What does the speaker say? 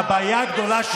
הבעיה הגדולה,